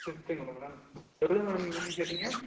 ஃப்ஃப்த்துங்களா madam எவ்வளோ madam வேணும்னு கேட்டிங்க